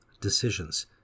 decisions